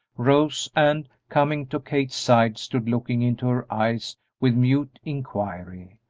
rose and, coming to kate's side, stood looking into her eyes with mute inquiry.